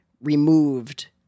removed